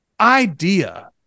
idea